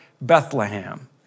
Bethlehem